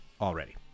already